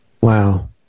Wow